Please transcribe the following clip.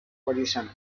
position